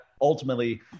ultimately